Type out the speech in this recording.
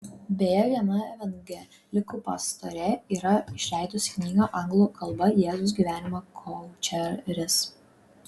beje viena evangelikų pastorė yra išleidusi knygą anglų kalba jėzus gyvenimo koučeris